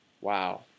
wow